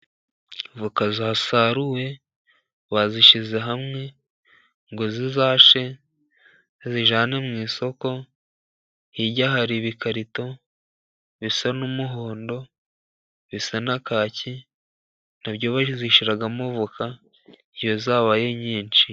Avoka zasaruwe, bazishyize hamwe ngo zizashye bazijyane mu isoko. Hirya hari ibikarito bisa n'umuhondo, bisa na kaki, na byo babishyiragmo voka iyo zabaye nyinshi.